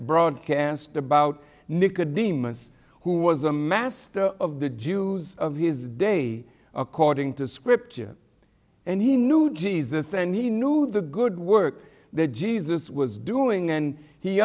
broadcast about nick a demas who was a master of the jews of his day according to scripture and he knew jesus and he knew the good work that jesus was doing and he